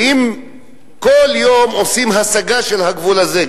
ואם כל יום עושים השגה של הגבול הזה,